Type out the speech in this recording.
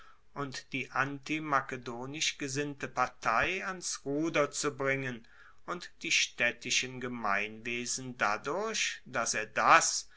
und die antimakedonisch gesinnte partei ans ruder zu bringen und die staedtischen gemeinwesen dadurch dass er das